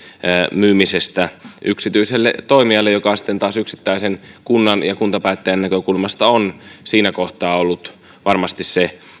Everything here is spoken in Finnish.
myymisestä yksityiselle toimijalle joka on sitten taas yksittäisen kunnan ja kuntapäättäjän näkökulmasta siinä kohtaa ollut varmasti se